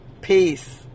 Peace